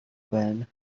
байна